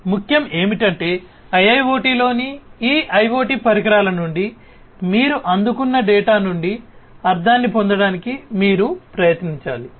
ముఖ్యం ఏమిటంటే IIoT లోని ఈ IoT పరికరాల నుండి మీరు అందుకున్న డేటా నుండి అర్ధాన్ని పొందడానికి మీరు ప్రయత్నించాలి